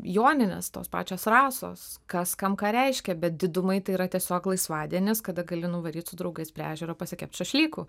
joninės tos pačios rasos kas kam ką reiškia bet didumai tai yra tiesiog laisvadienis kada gali nuvaryt su draugais prie ežero pasikept šašlykų